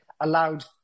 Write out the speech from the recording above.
allowed